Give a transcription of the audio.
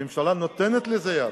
הממשלה נותנת לזה יד.